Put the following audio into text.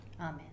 Amen